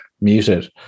muted